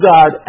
God